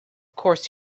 course